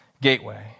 Gateway